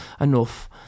enough